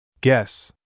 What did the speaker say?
Guess